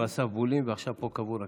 "הוא אסף בולים", ועכשיו "פה קבור הכלב".